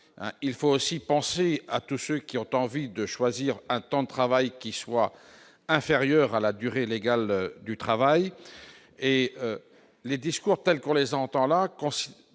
il faut aussi penser à tous ceux qui ont envie de choisir un temps de travail qui soit inférieure à la durée légale du travail et les discours tels qu'on les entend la